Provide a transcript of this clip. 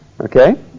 Okay